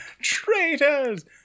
Traitors